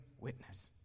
witness